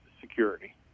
security